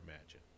imagine